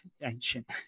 ancient